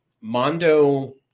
mondo